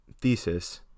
thesis